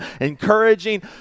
encouraging